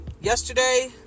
yesterday